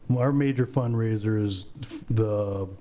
our major fundraiser is the